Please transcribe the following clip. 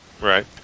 Right